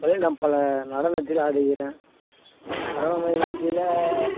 நம் பல நடனத்தில ஆடி இருக்கிறேன் நடன நிகழ்ச்சியில்